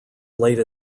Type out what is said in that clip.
late